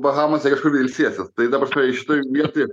bahamose kažkur ilsėsis tai ta prasme šitoj vietoj